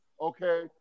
okay